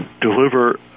deliver